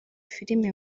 filime